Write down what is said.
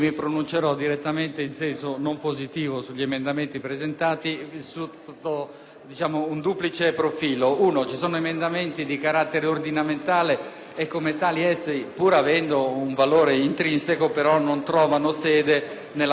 sotto un duplice profilo. Innanzi tutto, vi sono emendamenti di carattere ordinamentale e, come tali, pur avendo un valore intrinseco, non trovano sede nel disegno di legge finanziaria che - come noto - deve regolamentare esclusivamente questioni di carattere finanziario.